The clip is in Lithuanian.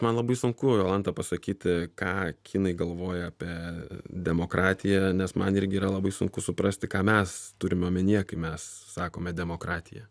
man labai sunku jolanta pasakyti ką kinai galvoja apie demokratiją nes man irgi yra labai sunku suprasti ką mes turime omenyje kai mes sakome demokratija